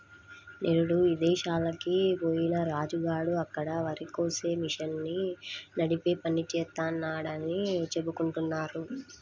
నిరుడు ఇదేశాలకి బొయ్యిన రాజు గాడు అక్కడ వరికోసే మిషన్ని నడిపే పని జేత్తన్నాడని చెప్పుకుంటున్నారు